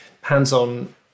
hands-on